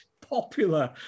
popular